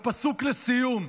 ופסוק לסיום.